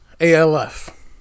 ALF